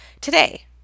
today